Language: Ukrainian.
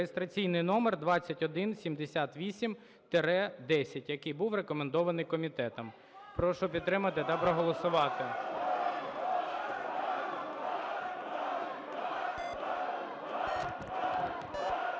(реєстраційний номер 2178-10), який був рекомендований комітетом. Прошу підтримати та проголосувати.